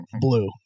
Blue